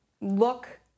Look